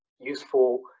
useful